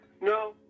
No